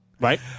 Right